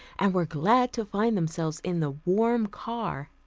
and were glad to find themselves in the warm car.